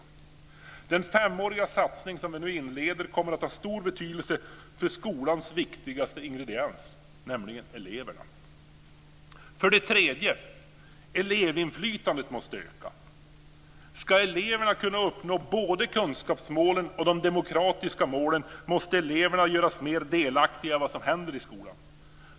Den femåriga satsning vi nu inleder kommer att ha stor betydelse för skolans viktigaste ingrediens, nämligen eleverna. För det tredje: Elevinflytandet måste öka! Ska eleverna kunna uppnå både kunskapsmålen och de demokratiska målen måste eleverna göras mer delaktiga i vad som händer i skolan.